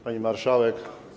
Pani Marszałek!